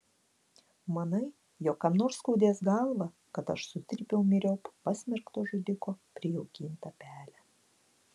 manai jog kam nors skaudės galvą kad aš sutrypiau myriop pasmerkto žudiko prijaukintą pelę